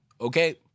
Okay